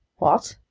what!